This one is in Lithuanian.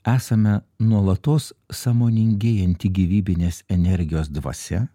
esame nuolatos sąmoningėjanti gyvybinės energijos dvasia